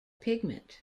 pigment